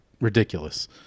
ridiculous